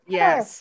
yes